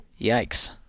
yikes